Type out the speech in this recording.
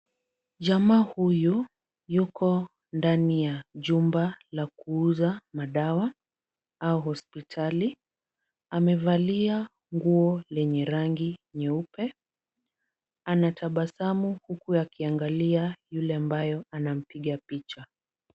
Jamaa huyu yuko ndani ya jumba la kuuza madawa au hospitali. Amevalia nguo lenye rangi nyeupe. Anatabasamu huku akiangalia yule ambayo anampiga picha.